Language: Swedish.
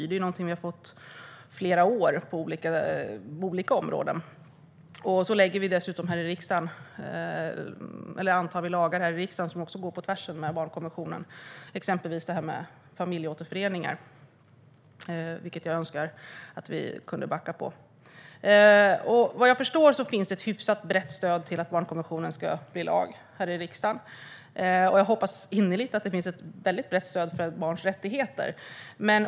Detta är kritik som vi har fått under flera år på olika områden. Här i riksdagen antar vi dessutom lagar som går på tvärs mot barnkonventionen, till exempel gällande familjeåterföreningar, som jag önskar att vi kunde backa från. Vad jag förstår finns det ett hyfsat brett stöd här i riksdagen för att barnkonventionen ska bli lag. Jag hoppas innerligt att det finns ett väldigt brett stöd för barns rättigheter.